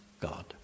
God